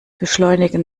beschleunigen